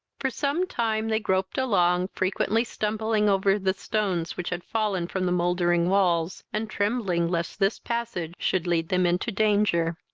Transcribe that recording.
for some time they groped along, frequently stumbling over the stones which had fallen from the mouldering walls, and trembling lest this passage should lead them into danger.